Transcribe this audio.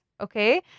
Okay